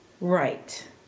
Right